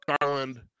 Garland